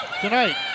Tonight